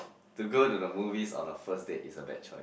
to go to the movies on the first date is a bad choice